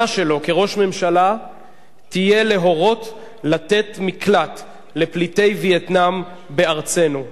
שלו כראש ממשלה תהיה להורות לתת מקלט לפליטי וייטנאם בארצנו.